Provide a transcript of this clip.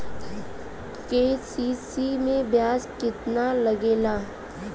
KCC में ब्याज कितना लागेला?